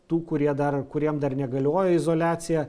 tų kurie dar kuriem dar negalioja izoliacija